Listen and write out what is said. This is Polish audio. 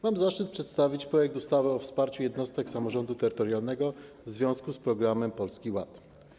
Mam zaszczyt przedstawić projekt ustawy o wsparciu jednostek samorządu terytorialnego w związku z programem Polski Ład.